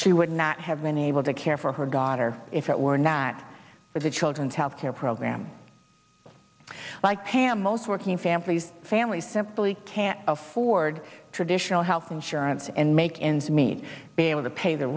she would not have been able to care for her daughter if it were not for the children's health care program like pam most working families families simply can't afford traditional health insurance and make ends meet be able to pay the